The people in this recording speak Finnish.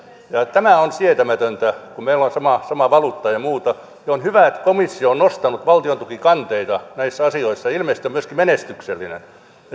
tämä on sietämätöntä kun meillä on sama valuutta ja ja muuta ja on hyvä että komissio on nostanut valtiontukikanteita näissä asioissa ilmeisesti on myöskin menestyksellinen